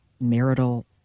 marital